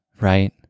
right